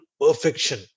perfection